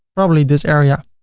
probably this area